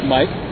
Mike